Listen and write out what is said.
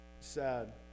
sad